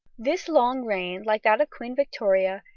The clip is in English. this long reign, like that of queen victoria,